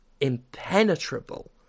impenetrable